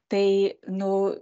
tai nu